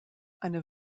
eine